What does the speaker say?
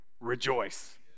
rejoice